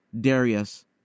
Darius